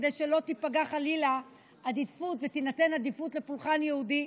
כדי שלא תיפגע חלילה ותינתן עדיפות לפולחן יהודי.